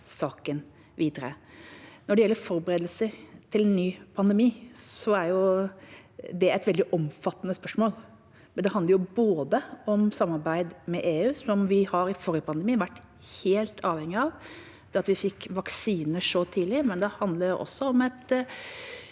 saken videre. Når det gjelder forberedelser til en ny pandemi, er det et veldig omfattende spørsmål. Det handler både om samarbeid med EU, som vi i forrige pandemi var helt avhengig av, ved at vi fikk vaksiner tidlig, og det handler om en